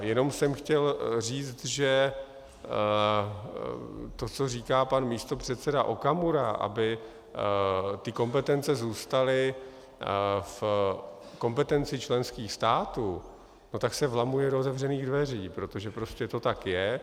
Jenom jsem chtěl říct, že to, co říká pan místopředseda Okamura, aby ty kompetence zůstaly v kompetenci členských států, tak se vlamuje do otevřených dveří, protože prostě to tak je.